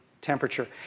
temperature